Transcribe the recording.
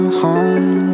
home